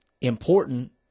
important